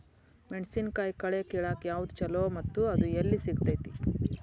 ಮೆಣಸಿನಕಾಯಿ ಕಳೆ ಕಿಳಾಕ್ ಯಾವ್ದು ಛಲೋ ಮತ್ತು ಅದು ಎಲ್ಲಿ ಸಿಗತೇತಿ?